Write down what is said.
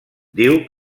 diu